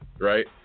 right